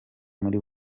muri